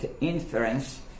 inference